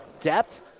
depth